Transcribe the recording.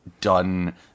done